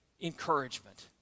encouragement